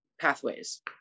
pathways